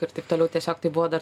ir taip toliau tiesiog tai buvo dar